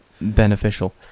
beneficial